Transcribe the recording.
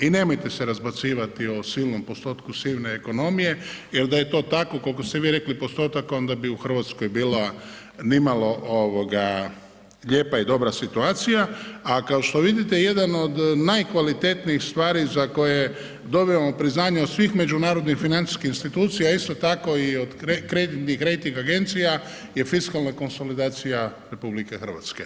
I nemojte se razbacivati o silnom postotku sive ekonomije jel da je to tako koliko ste vi rekli postotak onda bi u Hrvatskoj bila nimalo ovoga lijepa i dobra situacija, a kao što vidite jedan od najkvalitetnijih stvari za koje dobivamo priznanje od svih međunarodnih financijskih institucija isto tako i od kreditnih rejting agencija je fiskalna konsolidacija RH.